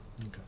Okay